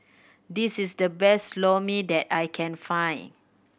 this is the best Lor Mee that I can find